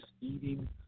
eating